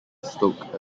stoke